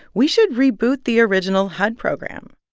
we should reboot the original hud program.